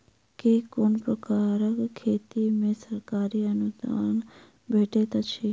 केँ कुन प्रकारक खेती मे सरकारी अनुदान भेटैत अछि?